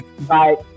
Bye